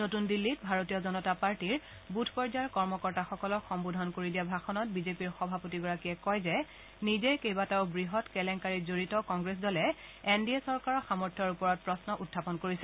নতুন দিল্লীত ভাৰতীয় জনতা পাৰ্টীৰ বুথ পৰ্যায়ৰ কৰ্মকৰ্তাসকলক সম্বোধন কৰি দিয়া ভাষণত বিজেপিৰ সভাপতিগৰাকীয়ে কয় যে নিজেই কেইবাটাও বৃহৎ কেলেংকাৰিত জড়িত কংগ্ৰেছ দলে এন ডি এ চৰকাৰৰ সামৰ্থ্যৰ ওপৰত প্ৰশ্ন উখাপন কৰিছে